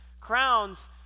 crowns